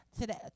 today